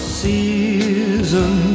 season